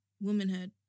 womanhood